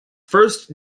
first